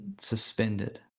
suspended